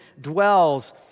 dwells